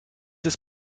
ist